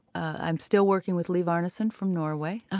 i'm still working with liv arnesen from norway.